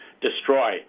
destroy